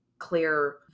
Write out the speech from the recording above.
clear